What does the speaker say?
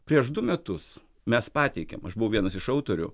prieš du metus mes pateikėm aš buvau vienas iš autorių